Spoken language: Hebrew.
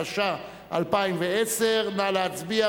התש"ע 2010. נא להצביע,